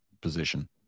position